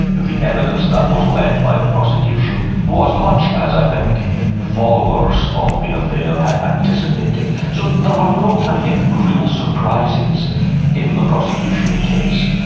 the evidence that was led by the prosecution was much as i think followers of the affair had anticipated. so there were no, i think, real surprises in the prosecution case.